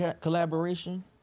collaboration